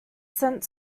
sent